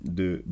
de